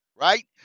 right